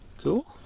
cool